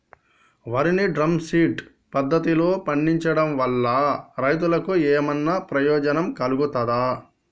వరి ని drum feed పద్ధతిలో పండించడం వల్ల రైతులకు ఏమన్నా ప్రయోజనం కలుగుతదా?